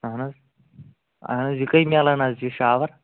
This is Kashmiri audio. اَہن حظ اَہن حظ یہِ کٔہیہِ میلان آز یہِ شاوَر